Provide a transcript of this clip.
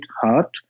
heart